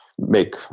make